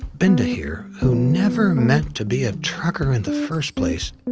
binda here, who never meant to be a trucker in the first place,